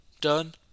done